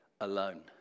alone